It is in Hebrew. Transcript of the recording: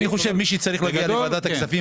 אני חושב שמי שצריך להגיע לוועדת הכספים,